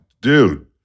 Dude